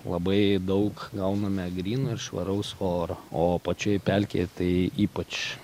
labai daug gauname gryno ir švaraus oro o pačioje pelkėje tai ypač